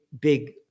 big